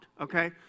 okay